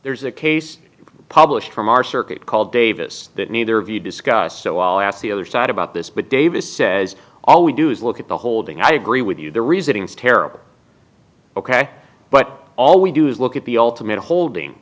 there's a case published from our circuit called davis that neither of you discuss the other side about this but davis says all we do is look at the holding i agree with you the reasoning is terrible ok but all we do is look at the ultimate holding